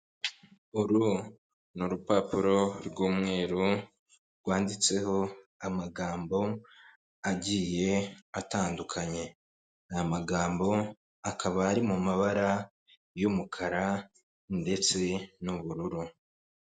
Uru ni urupapuro rw'umweru, rwanditseho amagambo agiye atandukanye. Aya magambo akaba ari mu mabara y'umukara ndetse n'ubururu.